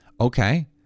Okay